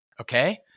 Okay